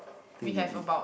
think they need